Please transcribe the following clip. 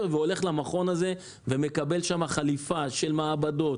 והולך למכון הזה ומקבל שם חליפה של מעבדות,